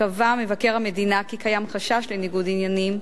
קבע מבקר המדינה כי קיים חשש לניגוד עניינים,